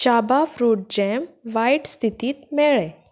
चाबा fruit jam वायट स्थितींत मेळ्ळें